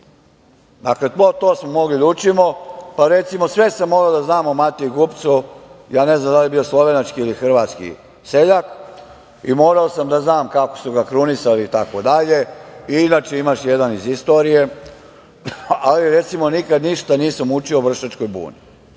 Srbije. To smo mogli da učimo pa recimo sve sam mogao da znam o Mati Gubecu, ne znam da li je bio slovenački ili hrvatski seljak i morao sam da znam kako su ga krunisali itd. Inače, imaš jedan iz istorije, ali recimo nikada ništa nisam učio o Vršačkoj buni.